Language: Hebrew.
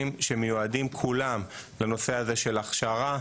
שמיועדים כולם לנושא הזה של הכשרה,